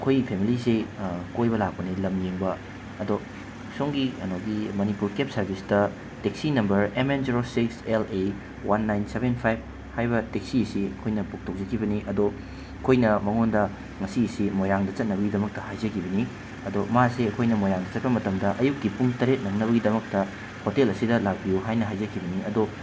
ꯑꯩꯈꯣꯏ ꯐꯦꯃꯤꯂꯤꯁꯦ ꯀꯣꯏꯕ ꯂꯥꯛꯄꯅꯦ ꯂꯝ ꯌꯦꯡꯕ ꯑꯗꯣ ꯁꯣꯝꯒꯤ ꯀꯩꯅꯣꯒꯤ ꯃꯅꯤꯄꯨꯔ ꯀꯦꯞ ꯁꯔꯕꯤꯁꯇ taxi number M N zero six L A one nine seven five ꯍꯥꯏꯕ ꯇꯦꯛꯁꯤ ꯑꯁꯤ ꯑꯩꯈꯣꯏꯅ ꯕꯨꯛ ꯇꯧꯖꯈꯤꯕꯅꯤ ꯑꯗꯣ ꯑꯩꯈꯣꯏꯅ ꯃꯉꯣꯟꯗ ꯉꯁꯤ ꯑꯁꯤ ꯃꯣꯏꯔꯥꯡꯗ ꯆꯠꯅꯕꯒꯤꯗꯃꯛꯇ ꯍꯥꯏꯖꯈꯤꯕꯅꯤ ꯑꯗꯣ ꯃꯥꯁꯦ ꯑꯩꯈꯣꯏꯅ ꯃꯣꯏꯔꯥꯡꯗ ꯆꯠꯄ ꯃꯇꯝꯗ ꯑꯌꯨꯛꯀꯤ ꯄꯨꯡ ꯇꯔꯦꯠ ꯅꯪꯅꯕꯒꯤꯗꯃꯛꯇ ꯍꯣꯇꯦꯜ ꯑꯁꯤꯗ ꯂꯥꯛꯄꯤꯌꯣ ꯍꯥꯏꯖꯈꯤꯕꯅꯤ ꯑꯗꯣ